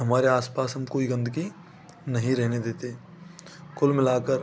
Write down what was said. हमारे आस पास हम कोई गंदगी नहीं रहने देते कुल मिला कर